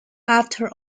after